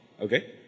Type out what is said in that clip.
Okay